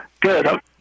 Good